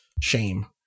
shame